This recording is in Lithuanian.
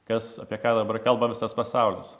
kas apie ką dabar kalba visas pasaulis